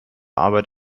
arbeit